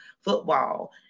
football